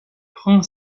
prend